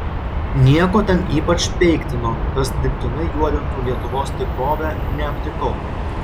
nieko ten ypač peiktino kas dirbtinai juodintų lietuvos tikrovę neaptikau